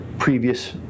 previous